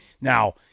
Now